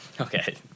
Okay